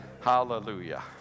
Hallelujah